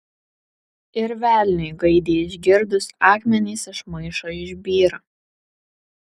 ir velniui gaidį išgirdus akmenys iš maišo išbyra